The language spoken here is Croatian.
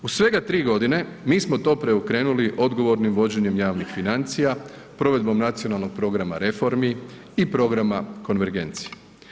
U svega 3 godine mi smo to preokrenuli odgovornim vođenjem javnih financija, provedbom nacionalnog programa reformi i programa konvergencije.